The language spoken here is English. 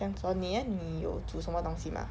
这样子 lor 你 eh 你有煮什么东西吗